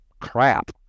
crap